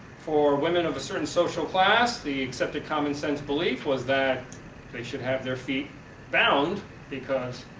for women of a certain social class the accepted common sense belief was that should have their feet bound because,